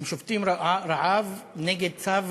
הם שובתים רעב נגד צו